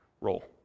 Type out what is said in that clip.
role